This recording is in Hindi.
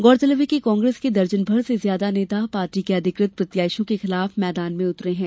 गौरतलब है कि कांग्रेस के दर्जनभर से ज्यादा नेता पार्टी के अधिकृत प्रत्याशियों के खिलाफ मैदान में उतरे हैं